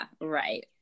right